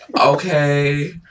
Okay